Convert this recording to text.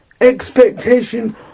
expectation